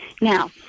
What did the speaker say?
Now